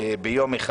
ביום אחד.